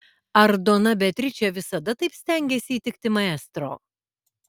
ar dona beatričė visada taip stengėsi įtikti maestro